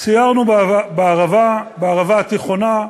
סיירנו בערבה התיכונה,